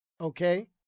Okay